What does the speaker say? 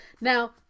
Now